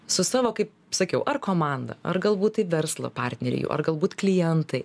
su savo kaip sakiau ar komanda ar galbūt tai verslo partneriai ar galbūt klientai